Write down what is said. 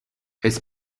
his